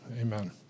Amen